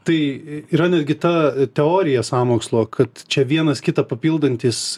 tai yra netgi ta teorija sąmokslo kad čia vienas kitą papildantys